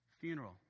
funeral